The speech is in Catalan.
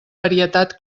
varietat